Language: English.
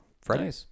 Friday